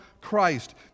Christ